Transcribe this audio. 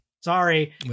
sorry